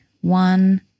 One